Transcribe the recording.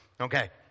okay